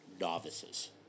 novices